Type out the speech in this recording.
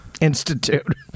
Institute